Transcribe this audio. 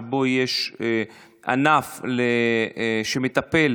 שבו יש ענף שמטפל